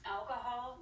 Alcohol